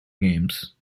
games